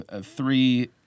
three